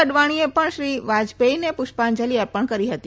અડવાણીએ પણ શ્રી વાજપેથીને પુષ્પાંજલિ અપર્ણ કરી હતી